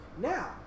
Now